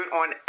on